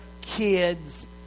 kids